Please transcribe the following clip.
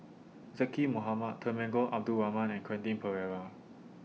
Zaqy Mohamad Temenggong Abdul Rahman and Quentin Pereira